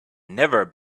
never